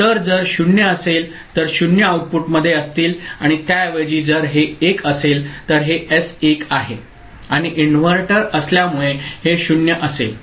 तर जर 0 असेल तर 0 आउटपुटमध्ये असतील आणि त्याऐवजी जर हे 1 असेल तर हे एस 1 आहे आणि इन्व्हर्टर असल्यामुळे हे 0 असेल